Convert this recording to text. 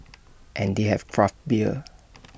and they have craft beer